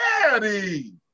Daddy